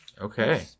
Okay